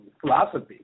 Philosophy